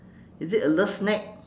is it a love snack